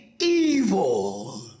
evil